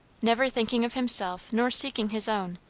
never thinking of himself nor seeking his own,